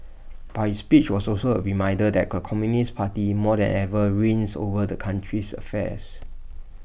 but his speech was also A reminder that the communist party more than ever reigns over the country's affairs